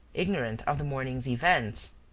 ignorant of the morning's events.